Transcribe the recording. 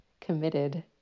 committed